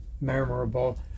memorable